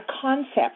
concept